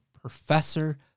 Professor